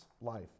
life